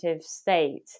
state